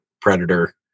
Predator